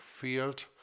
field